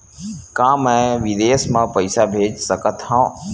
का मैं विदेश म पईसा भेज सकत हव?